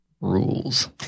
rules